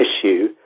issue